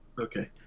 Okay